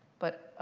but, oh,